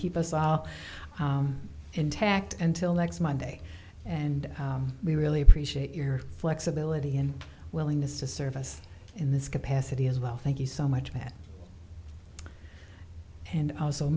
keep us all intact until next monday and we really appreciate your flexibility and willingness to service in this capacity as well thank you so much matt and